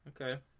Okay